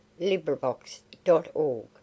LibriVox.org